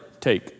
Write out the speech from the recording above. take